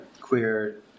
queer